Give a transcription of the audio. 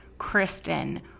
Kristen